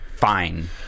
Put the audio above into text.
Fine